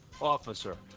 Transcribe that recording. officer